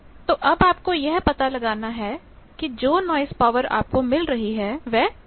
तो अब आपको यह पता लगाना है कि जो नॉइस पावर आपको मिल रही है वह क्या है